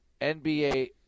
NBA